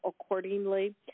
accordingly